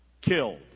killed